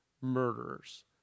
murderers